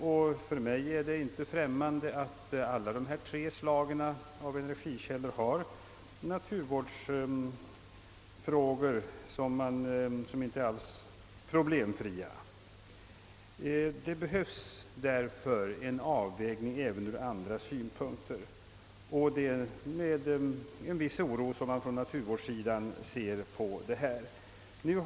Och för min del anser jag att utnyttjandet av alla dessa tre kraftkällor har naturvårdsaspekter som alls inte är problemfria. Det behövs en avvägning även ur andra synpunkter än de rent samhällsekonomiska, och det är med en viss oro som man på naturvårdshåll betraktar utvecklingen.